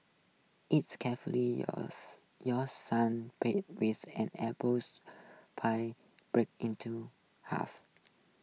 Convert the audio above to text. it's carefully yours your sun base an apples pie brake into half